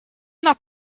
not